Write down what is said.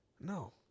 No